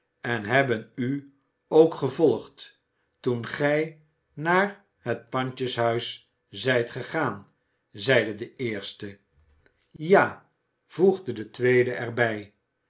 en hebben u ook gevolgd toen gij naar het pandjeshuis zijt gegaan zeide de eerste ja voegde de tweede er